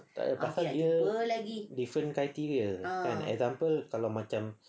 tak juga dia different criteria kan like example kalau macam